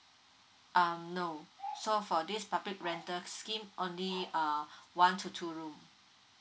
uh no so for this public rental scheme only uh one to two room